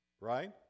right